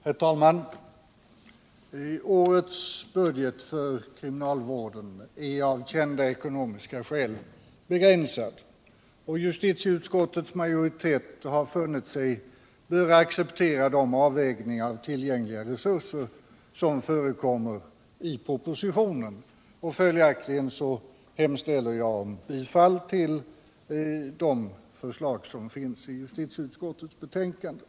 Herr talman! Årets budget för kriminalvården är av kända ekonomiska skäl begränsad. Justitieutskottets majoritet har funnit sig böra acceptera de avvägningar av tillgängliga resurser som förekommer i propositionen, och jag hemställer om bifall till de förslag som finns i justitieutskottets betänkande.